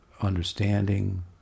understanding